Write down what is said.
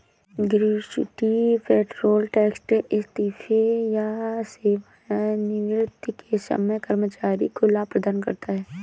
gratuity payroll tax इस्तीफे या सेवानिवृत्ति के समय कर्मचारी को लाभ प्रदान करता है